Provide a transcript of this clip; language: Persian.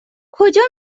کجا